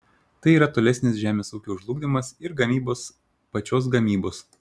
tai yra tolesnis žemės ūkio žlugdymas ir gamybos pačios gamybos